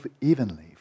evenly